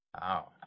Wow